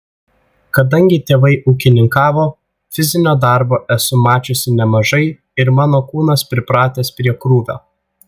kadangi tėvai ūkininkavo fizinio darbo esu mačiusi nemažai ir mano kūnas pripratęs prie krūvio